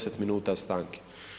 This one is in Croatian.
10 minuta stanke.